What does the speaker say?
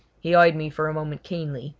he eyed me for a moment keenly,